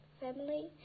family